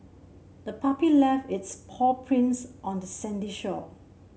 the puppy left its paw prints on the sandy shore